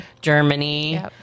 Germany